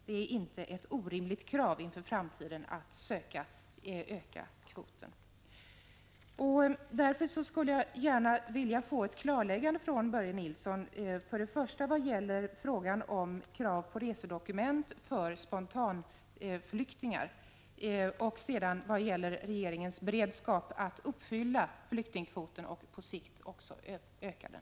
Det är ett rimligt krav att inför framtiden söka öka kvoten. Jag skulle vilja få ett klarläggande från Börje Nilsson för det första vad gäller frågan om krav på resedokument för spontanflyktingar, för det andra vad gäller regeringens beredskap att uppfylla flyktingkvoten och på sikt också öka den.